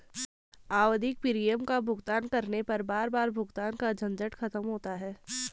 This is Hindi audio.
आवधिक प्रीमियम का भुगतान करने पर बार बार भुगतान का झंझट खत्म होता है